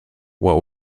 what